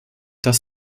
das